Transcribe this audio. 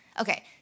okay